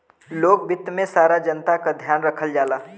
लोक वित्त में सारा जनता क ध्यान रखल जाला